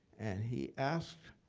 and he asked